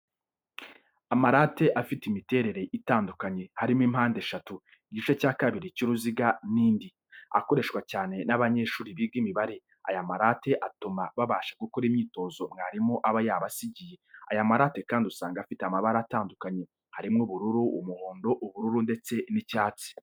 Amarate afite imiterere itandukanye, harimo mpande eshatu, igice cya kabiri cy'uruziga n'indi, akoreshwa cyane n'abanyeshuri biga imibare, aya marate atuma babasha gukora imyitozo mwarimu aba yabasigiye, aya marate kandi usanga afite amabara atandukanye, harimo ubururu, umuhondo, ubururu, ndetse n'icyatsi.